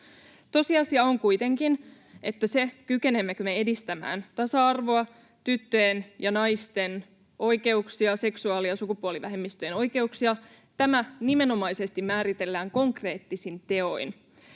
Tosiasia on kuitenkin, että se, kykenemmekö me edistämään tasa-arvoa, tyttöjen ja naisten oikeuksia, seksuaali- ja sukupuolivähemmistöjen oikeuksia, nimenomaisesti määritellään konkreettisin teoin.